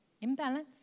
Imbalance